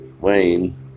Wayne